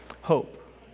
hope